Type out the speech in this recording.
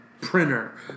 printer